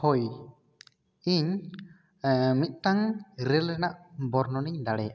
ᱦᱳᱭ ᱤᱧ ᱮᱸ ᱢᱤᱫᱴᱟᱝ ᱨᱮᱹᱞ ᱨᱮᱱᱟᱜ ᱵᱚᱨᱱᱚᱱ ᱤᱧ ᱫᱟᱲᱮᱭᱟᱜ ᱟ